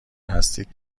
هستید